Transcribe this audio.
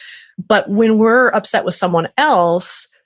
but when we're upset with someone else,